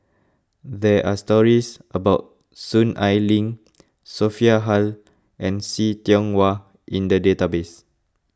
there are stories about Soon Ai Ling Sophia Hull and See Tiong Wah in the database